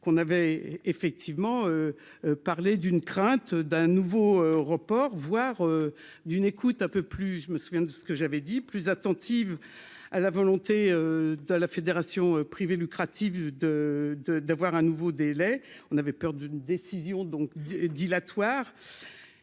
qu'on avait effectivement parlé d'une crainte d'un nouveau report, voire d'une écoute, un peu plus, je me souviens de ce que j'avais dit, plus attentive à la volonté de la fédération privé lucratif de, de, d'avoir un nouveau délai, on avait peur d'une décision donc